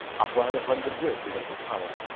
as well at london bridge, as at the tower.